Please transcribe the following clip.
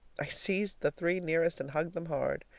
i seized the three nearest and hugged them hard.